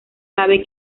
sabe